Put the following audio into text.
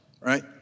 right